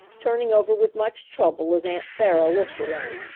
turning over with much trouble as aunt sarah lifted him.